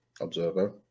observer